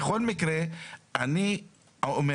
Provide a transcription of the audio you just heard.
בכל מקרה אני אומר